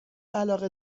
علاقه